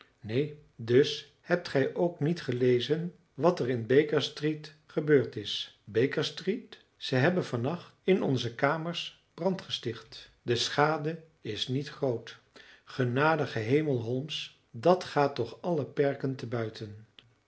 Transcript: neen dus hebt gij ook niet gelezen wat er in baker street gebeurd is baker street zij hebben van nacht in onze kamers brand gesticht de schade is niet groot genadige hemel holmes dat gaat toch alle perken te buiten